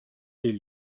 est